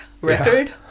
record